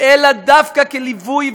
אלא דווקא כליווי,